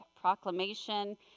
proclamation